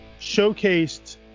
showcased